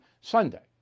Sunday